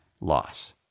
loss